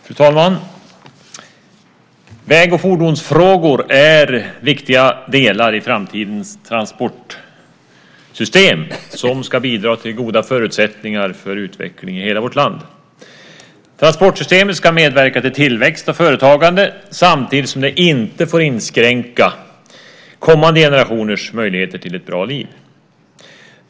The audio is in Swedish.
Fru talman! Väg och fordonsfrågor är viktiga delar i framtidens transportsystem som ska bidra till goda förutsättningar för utveckling i hela vårt land. Transportsystemet ska medverka till tillväxt och företagande samtidigt som det inte får inskränka kommande generationers möjligheter till ett bra liv.